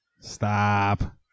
Stop